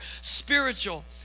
spiritual